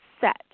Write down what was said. set